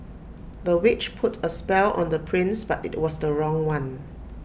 the witch put A spell on the prince but IT was the wrong one